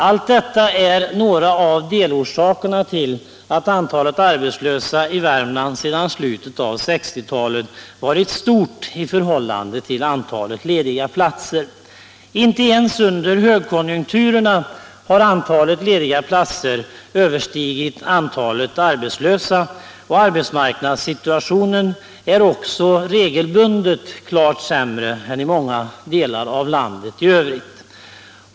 Allt detta är några av delorsakerna till att antalet arbetslösa i Värmland sedan slutet av 1960-talet varit stort i förhållande till antalet lediga platser. Inte ens under högkonjunkturerna har antalet lediga platser överstigit antalet arbetslösa, och arbetsmarknadssituationen är också regelbundet klart sämre än i många delar av landet i övrigt.